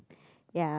yeah